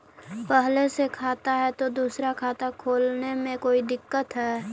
पहले से खाता है तो दूसरा खाता खोले में कोई दिक्कत है?